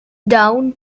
down